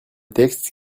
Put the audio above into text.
texte